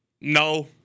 No